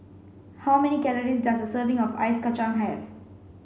how many calories does a serving of Ice Kacang have